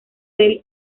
del